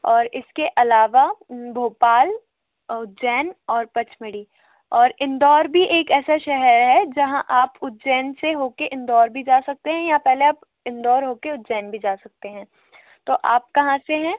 और इसके अलावा भोपाल उज्जैन और पचमणी और इंदौर भी एक ऐसा शहर है जहाँ आप उज्जैन से हो के इंदौर भी जा सकते हैं या पहले आप इंदौर हो के उज्जैन भी जा सकते हैं तो आप कहाँ से हैं